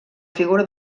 figura